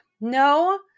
no